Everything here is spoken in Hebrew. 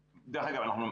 דרך אגב, אנחנו מגייסים,